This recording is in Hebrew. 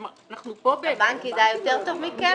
כלומר, אנחנו פה -- הבנק ידע יותר טוב מכם?